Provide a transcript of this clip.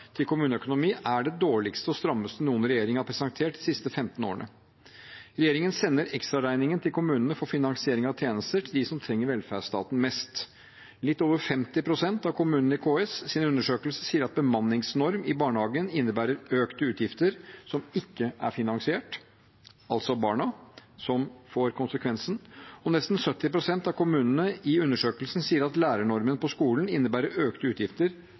til kommuneøkonomi er det dårligste og strammeste noen regjering har presentert de siste 15 årene. Regjeringen sender ekstraregningen til kommunene for finansiering av tjenester til dem som trenger velferdsstaten mest. Litt over 50 pst. av kommunene i KS’ undersøkelse sier at bemanningsnorm i barnehagen innebærer økte utgifter, som ikke er finansiert. Det er altså barna som tar konsekvensen. Nesten 70 pst. av kommunene i undersøkelsen sier at lærernormen på skolen innebærer økte utgifter,